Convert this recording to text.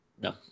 no